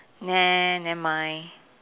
nah never mind